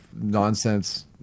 nonsense